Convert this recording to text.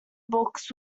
books